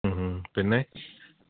മ്മ് മ്മ് പിന്നെ